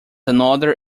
another